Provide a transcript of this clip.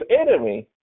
enemy